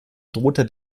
droht